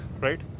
right